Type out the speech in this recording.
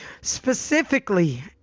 specifically